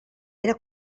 era